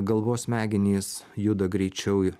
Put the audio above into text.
galvos smegenys juda greičiau